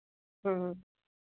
ह्म्म